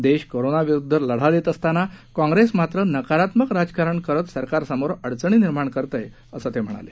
देश कोरोनाविरुद्ध लढा देत असताना काँग्रेस मात्र नकारात्मक राजकारण करत सरकारसमोर अडचणी निर्माण करत आहे असं ते म्हणाले